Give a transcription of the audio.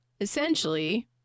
Essentially